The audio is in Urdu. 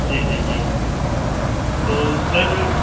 جی جی جی تو سر